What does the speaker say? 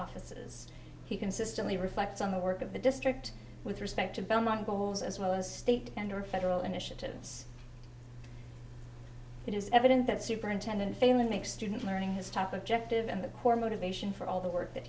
offices he consistently reflects on the work of the district with respect to belmont goals as well as state and federal initiatives it is evident that superintendent feynman makes student learning his top objective and the core motivation for all the work that